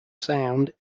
sound